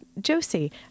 Josie